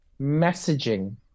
messaging